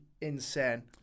insane